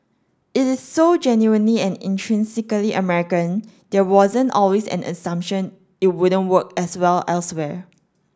it is so genuinely and intrinsically American there wasn't always an assumption it wouldn't work as well elsewhere